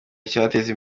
icyateza